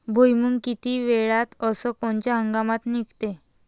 भुईमुंग किती वेळात अस कोनच्या हंगामात निगते?